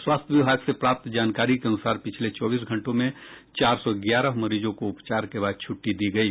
स्वास्थ्य विभाग से प्राप्त जानकारी के अनूसार पिछले चौबीस घंटों में चार सौ ग्यारह मरीजों को उपचार के बाद छुट्टी दी गयी